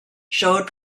showed